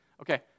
Okay